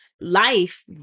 life